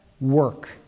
work